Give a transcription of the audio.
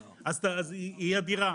זה יהיה ארוך.